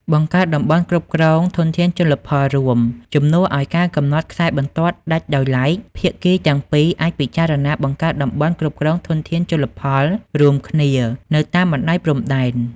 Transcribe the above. បង្កើតតំបន់គ្រប់គ្រងធនធានជលផលរួមជំនួសឱ្យការកំណត់ខ្សែបន្ទាត់ដាច់ដោយឡែក ភាគីទាំងពីរអាចពិចារណាបង្កើតតំបន់គ្រប់គ្រងធនធានជលផលរួមគ្នានៅតាមបណ្តោយព្រំដែន។